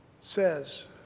says